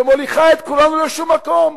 שמוליכה את כולנו לשום מקום.